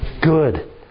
good